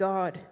God